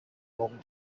long